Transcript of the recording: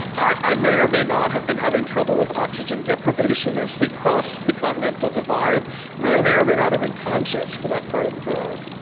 i may or may not have been having trouble with oxygen deprivation as we crossed the continental divide and i and may or may not have been conscious for that part of the drive.